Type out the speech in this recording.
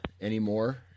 anymore